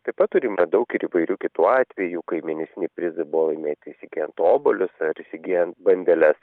taip pat turime daug ir įvairių kitų atvejų kai mėnesiniai prizai buvo laimėti įsigyjant obuolius ar įsigyjant bandeles